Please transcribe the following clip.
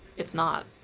it's not.